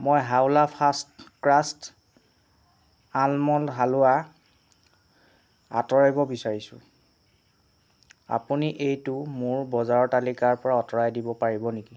মই হাৱলা fast crust almond halwa আঁতৰাব বিচাৰিছোঁ আপুনি এইটো মোৰ বজাৰৰ তালিকাৰ পৰা আঁতৰাই দিব পাৰিব নেকি